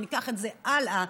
ניקח את זה הלאה.